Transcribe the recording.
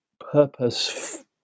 purpose